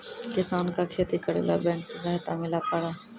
किसान का खेती करेला बैंक से सहायता मिला पारा?